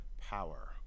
Power